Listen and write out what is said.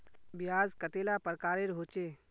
ब्याज कतेला प्रकारेर होचे?